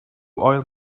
oil